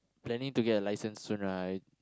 planning to get a license soon right